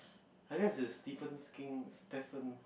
I guess is Stephen-King Stephen